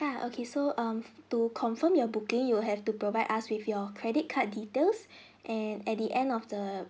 ya okay so um to confirm your booking you will have to provide us with your credit card details and at the end of the